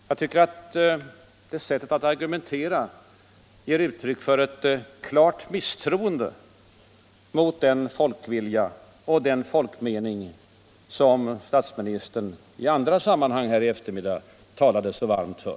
Jag tycker att det sättet att argumentera ger uttryck för ett klart misstroende mot den folkvilja och den folkmening som statsministern i andra sammanhang nu på eftermiddagen talade så varmt för.